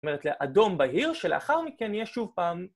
זאת אומרת לאדום בהיר שלאחר מכן יהיה שוב פעם.